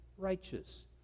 righteous